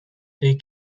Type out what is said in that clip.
they